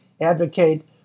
advocate